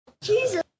Jesus